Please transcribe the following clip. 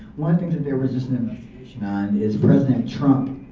one thing that there was just an investigation on is president trump,